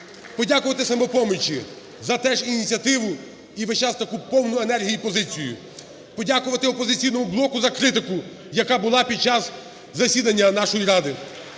Подякувати "Самопомочі" за теж ініціативу і весь таку повну енергії позицію. Подякувати "Опозиційному блоку" за критику, яка була під час засідання нашої Ради